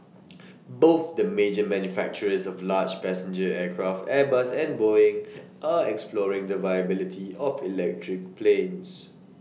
both the major manufacturers of large passenger aircraft airbus and boeing are exploring the viability of electric planes